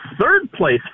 third-place